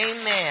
Amen